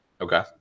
Okay